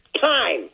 time